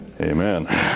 amen